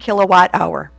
kilowatt hour